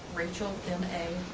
rachel m a.